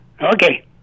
Okay